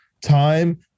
time